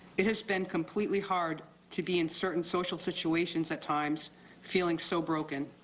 it has been completely hard to be in certain social situations at times feeling so broken.